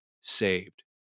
saved